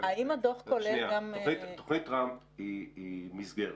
תוכנית טראמפ היא מסגרת,